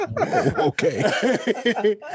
Okay